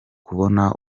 kubona